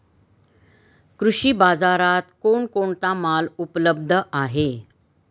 कृषी बाजारात कोण कोणता माल उपलब्ध आहे?